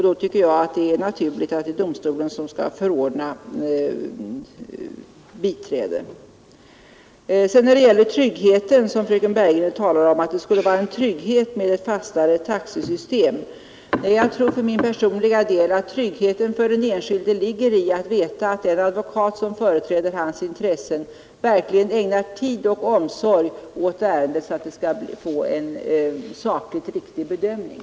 Då är det naturligt att domstolen förordnar biträde. Fröken Bergegren talar om att det skulle vara en trygghet med ett fastare taxesystem. Jag tror för min personliga del att tryggheten för den enskilde ligger i att veta att den advokat som företräder hans intressen verkligen ägnar tid och omsorg åt ärendet så att det får en sakligt riktig bedömning.